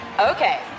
Okay